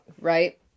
right